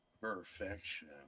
Perfection